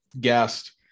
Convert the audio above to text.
guest